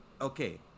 Okay